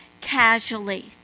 casually